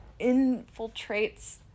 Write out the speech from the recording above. infiltrates